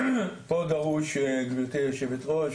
גברתי היו"ר,